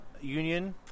Union